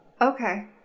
Okay